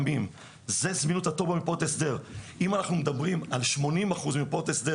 אם אנחנו מדברים על 80% ממרפאות ההסדר